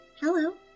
Hello